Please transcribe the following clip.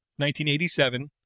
1987